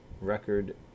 record